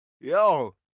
Yo